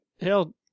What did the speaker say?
hell